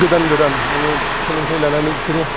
गोदान गोदान नोङो सोलोंथाइ लानानै बिसोरो